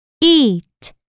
Eat